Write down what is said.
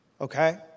Okay